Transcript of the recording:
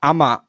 Ama